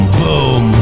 boom